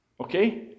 Okay